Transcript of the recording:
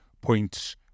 points